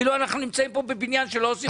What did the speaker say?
כאילו אנחנו נמצאים פה בבניין שלא עושים פה שינויים.